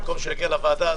במקום שזה יגיע לוועדה הזאת,